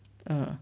uh